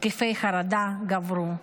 התקפי חרדה גברו,